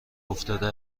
افتاده